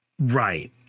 Right